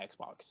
Xbox